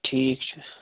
ٹھیٖک چھُ